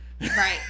Right